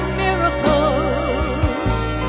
miracles